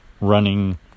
running